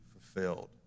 fulfilled